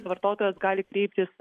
vartotojas gali kreiptis